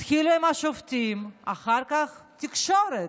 התחילו עם השופטים ואחר כך התקשורת.